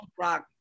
rock